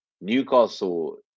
Newcastle